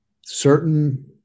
certain